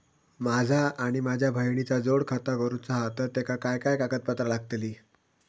माझा आणि माझ्या बहिणीचा जोड खाता करूचा हा तर तेका काय काय कागदपत्र लागतली?